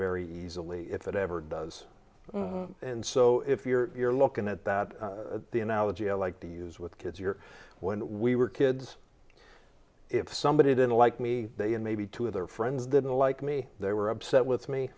very easily if it ever does and so if you're looking at that the analogy i like to use with kids your when we were kids if somebody didn't like me they and maybe two of their friends didn't like me they were upset with me